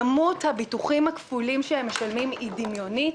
כמות הביטוחים הכפולים שהם משלמים היא דמיונית.